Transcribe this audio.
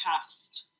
cast